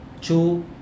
two